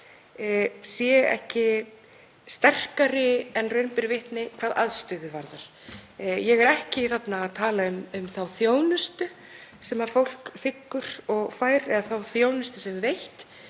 sé ekki sterkari en raun ber vitni hvað aðstöðu varðar. Ég er ekki að tala um þá þjónustu sem fólk þiggur, þá þjónustu sem veitt